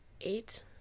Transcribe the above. Eight